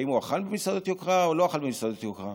האם הוא אכל במסעדת יוקרה או לא אכל במסעדת יוקרה,